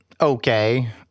okay